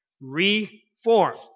reform